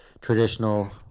traditional